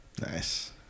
Nice